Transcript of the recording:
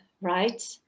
right